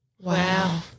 Wow